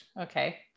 okay